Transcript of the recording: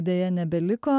deja nebeliko